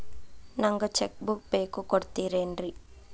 ನಂಗ cheque book ಬೇಕು ಕೊಡ್ತಿರೇನ್ರಿ?